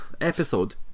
episode